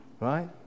right